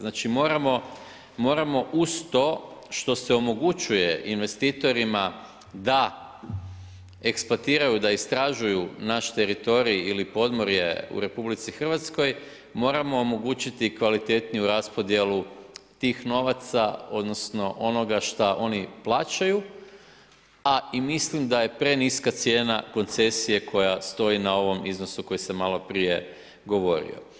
Znači moramo uz to što se omogućuje investitorima da eksploatiraju, da istražuju naš teritorij ili podmorje u Republici Hrvatskoj moramo omogućiti kvalitetniju raspodjelu tih novaca, odnosno onoga što oni plaćaju, a i mislim da je preniska cijena koncesije koja stoji na ovom iznosu koji sam maloprije govorio.